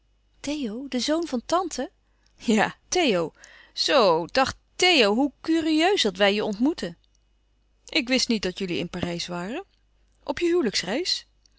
theo de zoon van tante ja theo zoo dag theo hoe curieus dat wij je ontmoeten ik wist niet dat jullie in parijs waren op je huwelijksreis